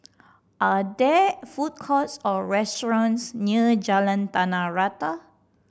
are there food courts or restaurants near Jalan Tanah Rata